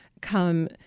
come